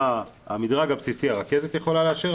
את המדרג הבסיסי הרכזת יכולה לאשר,